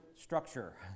structure